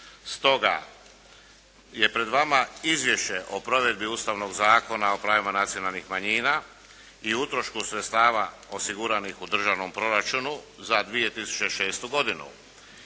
Stoga je pred vama Izvješće o provedbi Ustavnog zakona o pravima nacionalnih manjina i utrošku sredstava osiguranih u državnom proračunu za 2006. godinu.